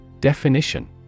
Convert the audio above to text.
Definition